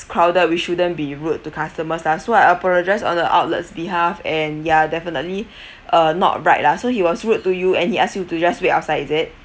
crowded we shouldn't be rude to customers lah so I apologise on the outlets behalf and ya definitely uh not right lah so he was rude to you and he ask you to just wait outside is it